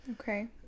Okay